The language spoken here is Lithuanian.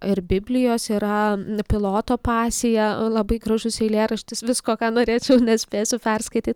ir biblijos yra piloto pasija labai gražus eilėraštis visko ką norėčiau nespėsiu perskaityt